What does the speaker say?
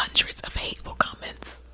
hundreds of hateful comments,